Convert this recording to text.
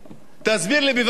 תסביר לי בבקשה.